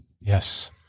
Yes